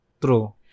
True